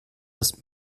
ist